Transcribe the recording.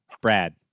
Brad